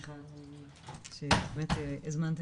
אז אני רוצה להגיד שבעצם מיניות,